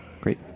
Great